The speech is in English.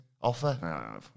Offer